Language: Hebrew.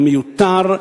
זה מיותר,